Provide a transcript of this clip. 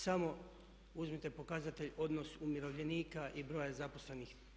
Samo uzmite pokazatelj odnos umirovljenika i broja zaposlenih.